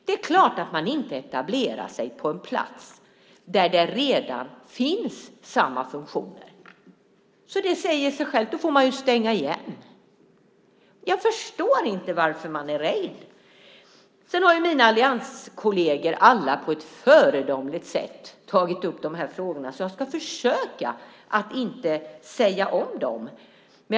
Det är klart att man inte etablerar sig på en plats där samma funktioner redan finns. Det säger sig självt, då får man ju stänga igen. Jag förstår inte varför ni är rädda. Mina allianskolleger har alla på ett föredömligt sätt tagit upp de här frågorna så jag ska försöka att inte säga samma saker igen.